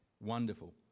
wonderful